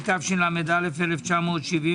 התשל"א-1971.